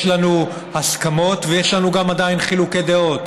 יש לנו הסכמות ויש לנו עדיין חילוקי דעות